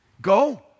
go